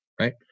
right